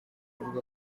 avuga